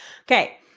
Okay